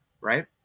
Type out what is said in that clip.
Right